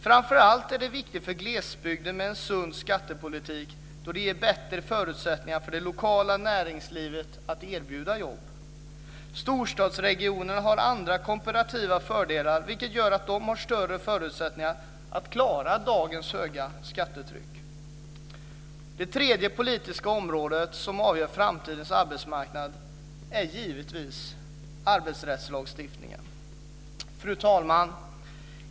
Framför allt är det viktigt för glesbygden med en sund skattepolitik, då det ger bättre förutsättningar för det lokala näringslivet att erbjuda jobb. Storstadsregionerna har andra komparativa fördelar, vilket gör att de har större förutsättningar att klara dagens höga skattetryck. Det tredje politiska område som avgör framtidens arbetsmarknad är givetvis arbetsrättslagstiftningen. Fru talman!